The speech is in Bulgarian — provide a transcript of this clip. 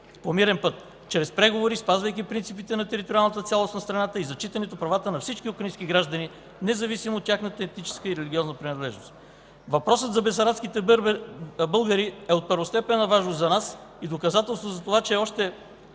по мирен път, чрез преговори, спазвайки принципите на териториалната цялост на страната и зачитане правата на всички украински граждани, независимо от тяхната етническа и религиозна принадлежност. Въпросът за бесарабските българи е от първостепенна важност за нас и доказателство за това, че още